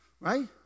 right